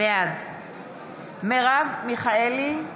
בעד מרב מיכאלי,